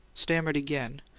stammered again,